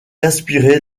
inspiré